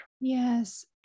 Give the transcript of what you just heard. Yes